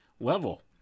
level